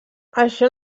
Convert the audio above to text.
això